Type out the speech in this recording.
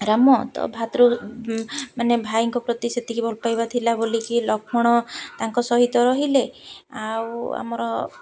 ରାମ ତ ଭାତୃ ମାନେ ଭାଇଙ୍କ ପ୍ରତି ସେତିକି ଭଲ ପାଇବା ଥିଲା ବୋଲିକି ଲକ୍ଷ୍ମଣ ତାଙ୍କ ସହିତ ରହିଲେ ଆଉ ଆମର